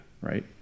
right